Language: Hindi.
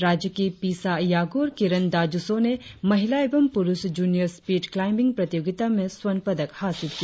राज्य की पिसा यागू और किरण दाजुसो ने महिला एवं पुरुष जूनियर स्पीड क्लाइम्बिंग प्रतियोगिता में स्वर्ण पदक हासिल किया